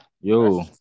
yo